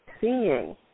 seeing